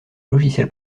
logiciel